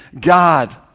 God